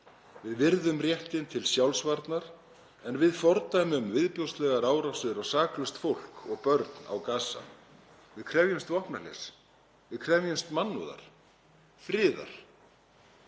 Við virðum réttinn til sjálfsvarnar en við fordæmum viðbjóðslegar árásir á saklaust fólk og börn á Gaza. Við krefjumst vopnahlés. Við krefjumst mannúðar, friðar.